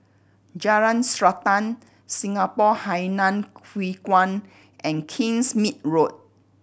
Jalan Srantan Singapore Hainan Hwee Kuan and Kingsmead Road